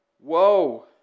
Whoa